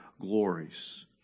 glories